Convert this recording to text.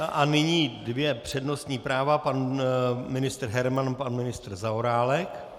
A nyní dvě přednostní práva: pan ministr Herman a pan ministr Zaorálek.